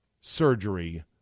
surgery